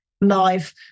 live